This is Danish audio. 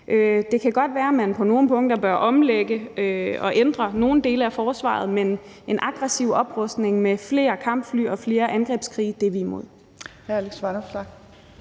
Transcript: Det kan godt være, at man på nogle punkter bør omlægge og ændre nogle dele af forsvaret, men en aggressiv oprustning med flere kampfly og flere angrebskrige er vi imod.